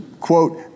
quote